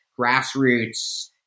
grassroots